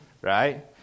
right